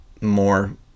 more